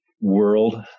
world